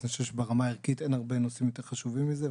אני חושב שברמה הערכית אין הרבה נושאים יותר חשובים מזה,